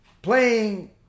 playing